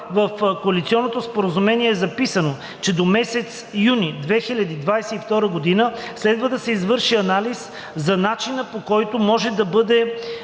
в Коалиционното споразумение е записано, че до месец юни 2022 г. следва да се извърши анализ за начина, по който може да бъде